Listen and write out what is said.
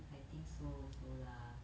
I think so also lah